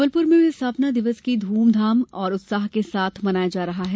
जबलपुर में भी स्थापना दिवस ध्रमधाम और उत्साह के साथ मनाया जा रहा है